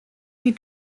die